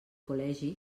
col·legi